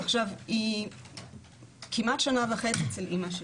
עכשיו היא כמעט שנה וחצי אצל אמא שלי,